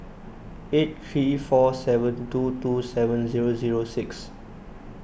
eight three four seven two two seven zero zero six